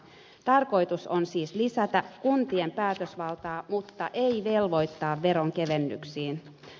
tarkoitus on siis lisätä kuntien päätösvaltaa mutta ei velvoittaa veronkevennyksiin